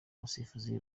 abasifuzi